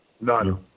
None